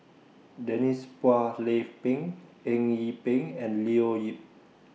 Denise Phua Lay Peng Eng Yee Peng and Leo Yip